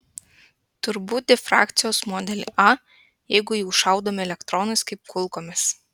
turbūt difrakcijos modelį a jeigu jau šaudome elektronais kaip kulkomis